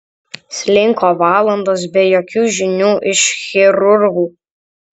slinko valandos be jokių žinių iš chirurgų